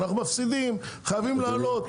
אנחנו מפסידים, חייבים להעלות.